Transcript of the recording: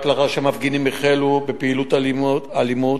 רק לאחר שהמפגינים החלו בפעילויות אלימות,